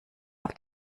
auf